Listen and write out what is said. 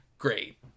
Great